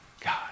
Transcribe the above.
God